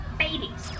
babies